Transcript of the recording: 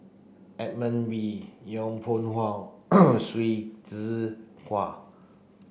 Edmund Wee Yong Pung How Hsu Tse Kwang